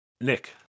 Nick